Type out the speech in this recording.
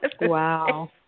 wow